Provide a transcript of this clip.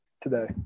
today